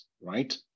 right